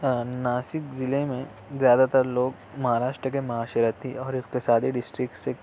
ناسک ضلع میں زیادہ تر لوگ مہاراشٹر کے معاشرتی اور اقصادی ڈسٹرکٹس سے